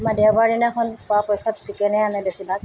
আমাৰ দেওবাৰ দিনাখন পৰাপক্ষত চিকেনেই আনে বেছিভাগ